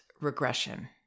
regression